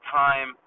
time